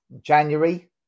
January